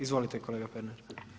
Izvolite kolega Pernar.